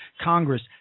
Congress